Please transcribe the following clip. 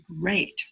great